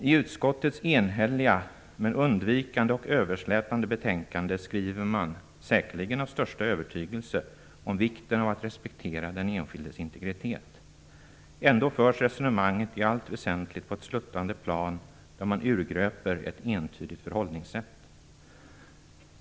I utskottets enhälliga, men undvikande och överslätande, betänkande skriver man - säkerligen av största övertygelse - om vikten av att respektera den enskildes integritet. Ändå förs resonemanget i allt väsentligt på ett sluttande plan, där man urgröper ett entydigt förhållningssätt.